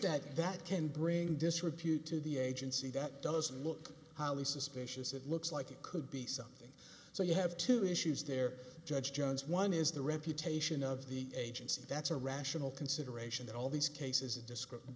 that that can bring disrepute to the agency that doesn't look how the suspicious it looks like it could be something so you have two issues there judge jones one is the reputation of the agency that's a rational consideration all these cases a descript